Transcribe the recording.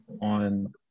on